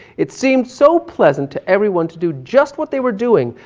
it seemed so pleasant to everyone to do just what they were doing.